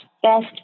Best